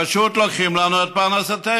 פשוט לוקחים לנו את פרנסתנו,